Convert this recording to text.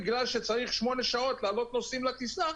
בגלל שצריך 8 שעות להעלות נוסעים לטיסה,